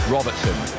Robertson